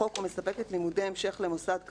לחוק ומספקת לימודי המשך למוסד כאמור",